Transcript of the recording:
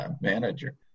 manager